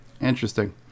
interesting